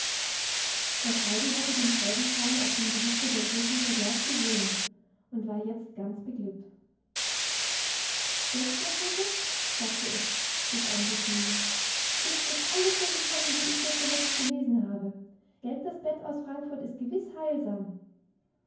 das heidi hatte den freudenschein auf dem gesichte der großmutter gleich gesehen und war jetzt ganz beglückt gelt großmutter sagte es sich an sie schmiegend jetzt ist es so gekommen wie ich dir zuletzt gelesen habe gelt das bett aus frankfurt ist gewiß heilsam